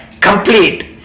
complete